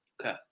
Okay